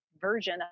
version